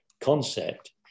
concept